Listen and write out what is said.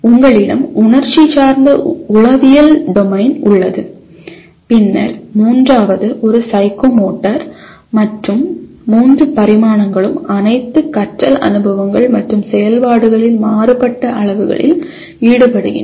உங்களிடம் உணர்ச்சி சார்ந்த உளவியல் டொமைன் உள்ளது பின்னர் மூன்றாவது ஒரு சைக்கோமோட்டர் மற்றும் மூன்று பரிமாணங்களும் அனைத்து கற்றல் அனுபவங்கள் மற்றும் செயல்பாடுகளில் மாறுபட்ட அளவுகளில் ஈடுபடுகின்றன